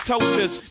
Toasters